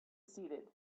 seated